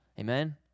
Amen